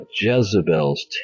Jezebel's